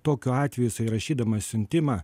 tokiu atveju rašydamas siuntimą